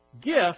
gift